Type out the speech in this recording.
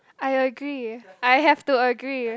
I agree I have to agree